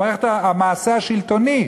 המעשה השלטוני.